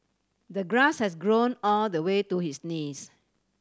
the grass has grown all the way to his knees